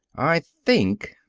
i think,